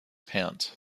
pants